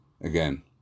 again